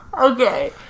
Okay